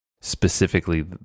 specifically